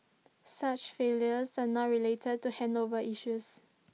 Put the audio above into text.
such failures are not related to handover issues